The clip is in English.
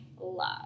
love